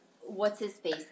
What's-His-Face